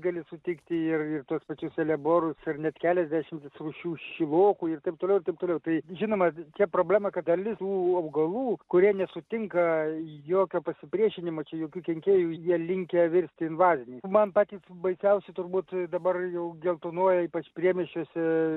gali sutikti ir tuos pačius eleborus ir net keliasdešimt visų šių šilokų ir taip toliau ir taip toliau tai žinoma vi čia problema kad dalis tų augalų kurie nesutinka jokio pasipriešinimo čia jokių kenkėjų jie linkę virsti invaziniai man patys baisiausi turbūt dabar jau geltonuoja ypač priemiesčiuose